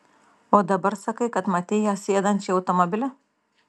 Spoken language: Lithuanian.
o dabar sakai kad matei ją sėdančią į automobilį